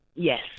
Yes